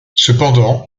cependant